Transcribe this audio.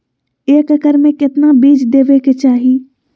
एक एकड़ मे केतना बीज देवे के चाहि?